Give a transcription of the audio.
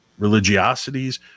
religiosities